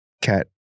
cat